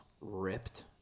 ripped